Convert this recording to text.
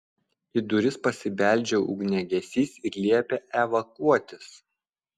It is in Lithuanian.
į duris pasibeldžia ugniagesys ir liepia evakuotis